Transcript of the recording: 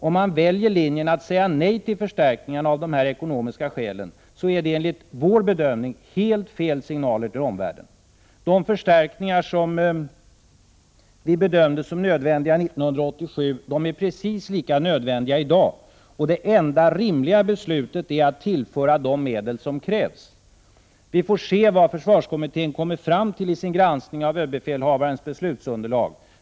Om man väljer linjen att säga nej till förstärkningarna av ekonomiska skäl, ger det enligt vår bedömning helt felaktiga signaler till omvärlden. De förstärkningar som vi bedömde som nödvändiga 1987 är precis lika nödvändiga i dag, och det enda rimliga beslutet är att tillföra de medel som krävs. Vi får se vad försvarskommittén kommer fram till i sin granskning av överbefälhavarens beslutsunderlag.